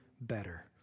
better